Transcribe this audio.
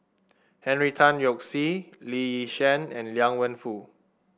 Henry Tan Yoke See Lee Yi Shyan and Liang Wenfu